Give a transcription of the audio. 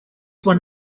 one